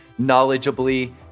knowledgeably